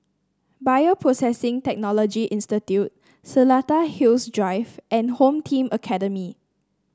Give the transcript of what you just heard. Bioprocessing Technology Institute Seletar Hills Drive and Home Team Academy